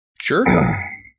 sure